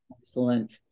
excellent